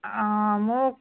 অঁ মোক